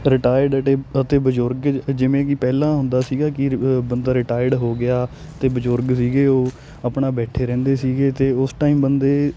retired ਅਟੇ ਅਤੇ ਬਜ਼ੁਰਗ ਜਿਵੇਂ ਕਿ ਪਹਿਲਾਂ ਹੁੰਦਾ ਸੀਗਾ ਕਿ ਬੰਦਾ ਰਿਟਾਇਡ ਹੋ ਗਿਆ ਅਤੇ ਬਜ਼ੁਰਗ ਸੀਗੇ ਉਹ ਆਪਣਾ ਬੈਠੇ ਰਹਿੰਦੇ ਸੀਗੇ ਅਤੇ ਓਸ ਟਾਈਮ ਬੰਦੇ